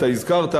אתה הזכרת,